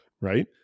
right